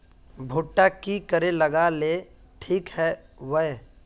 भुट्टा की करे लगा ले ठिक है बय?